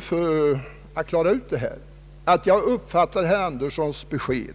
För att klara ut detta vill jag säga att jag uppfattat herr Anderssons besked